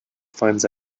finds